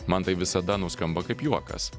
man tai visada nuskamba kaip juokas